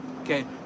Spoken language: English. okay